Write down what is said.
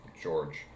George